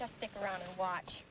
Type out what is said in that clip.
just stick around and watch